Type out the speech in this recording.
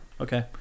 okay